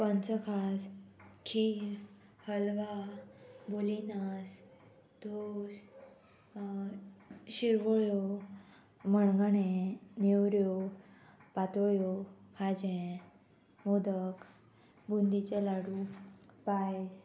पंचखास खीर हलवा बोलिनास धोस शिरवळ्यो मणगणें नेवऱ्यो पातोळ्यो खाजें मोदक बुंदीचें लाडू पायस